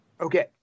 Okay